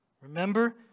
Remember